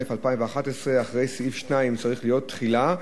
התשע"א 2011: אחרי סעיף 2 צריך להיות "תחילה"